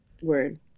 Word